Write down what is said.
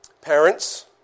Parents